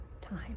time